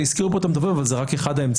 הזכירו כאן את המדובבים אבל זה רק אחד האמצעים.